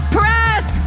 press